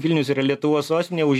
vilnius yra lietuvos sostinė už